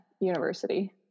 university